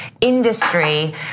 industry